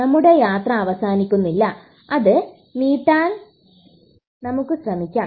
നമ്മുടെ യാത്ര അവസാനിക്കുന്നില്ല അത് നീട്ടാൻ നമുക്ക് ശ്രമിക്കാം